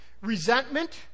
resentment